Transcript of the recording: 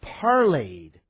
parlayed